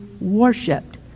worshipped